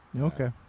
Okay